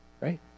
right